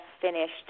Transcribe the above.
finished